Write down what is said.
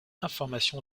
information